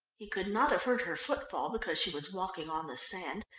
he could not have heard her footfall because she was walking on the sand,